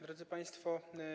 Drodzy Państwo!